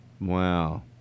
Wow